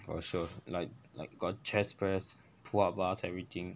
for sure like like got chest press pull up bars everything